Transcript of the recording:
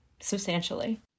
substantially